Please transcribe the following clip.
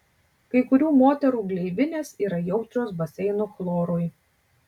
kai kurių moterų gleivinės yra jautrios baseinų chlorui